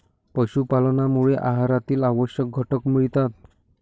पशुपालनामुळे आहारातील आवश्यक घटक मिळतात